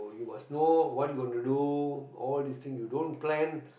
you must know what you want to do all this thing you don't plan